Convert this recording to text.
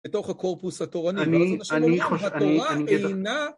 בתוך הקורפוס התורני, זה מה שהם אומרים שהתורה אינה...